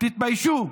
תתביישו.